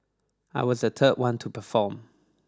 I was the third one to perform